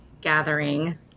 gathering